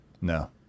No